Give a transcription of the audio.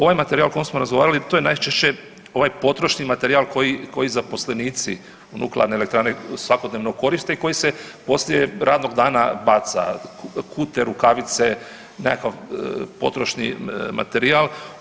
Ovaj materijal o kojem smo razgovarali to je najčešće ovaj potrošni materijal koji, koji zaposlenici u nuklearnoj elektrani svakodnevno koriste i koji se poslije radnog dana baca, kute, rukavice, nekakav potrošni materijal.